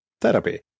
Therapy